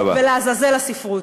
ולעזאזל הספרות.